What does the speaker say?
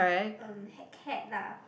um hat cap lah